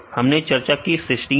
तो हमने चर्चा की सिस्टीन